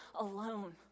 alone